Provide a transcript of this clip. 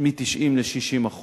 מ-90% ל-60%.